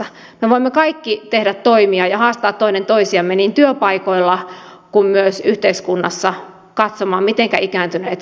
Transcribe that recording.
me voimme kaikki tehdä toimia ja haastaa toinen toisiamme niin työpaikoilla kuin myös yhteiskunnassa katsomaan mitenkä ikääntyneet meillä voivat